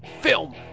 film